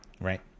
right